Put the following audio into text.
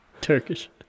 Turkish